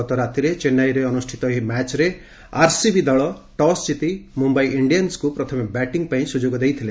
ଗତ ରାତିରେ ଚେନ୍ନାଇରେ ଅନୁଷ୍ଠିତ ଏହି ମ୍ୟାଚରେ ଆରସିବି ଦଳ ଟସ୍ ଜିତି ମୁମ୍ୟାଇ ଇଣ୍ଡିଆନ୍ନକୁ ପ୍ରଥମେ ବ୍ୟାଟି ପାଇଁ ସୁଯୋଗ ଦେଇଥିଲା